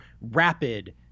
rapid